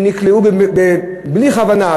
שנקלעו בלי כוונה,